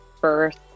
first